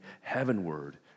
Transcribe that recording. heavenward